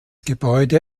gebäude